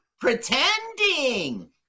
pretending